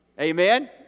Amen